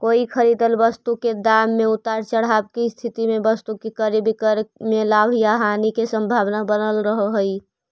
कोई खरीदल वस्तु के दाम में उतार चढ़ाव के स्थिति में वस्तु के क्रय विक्रय में लाभ या हानि के संभावना बनल रहऽ हई